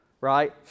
right